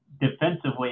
defensively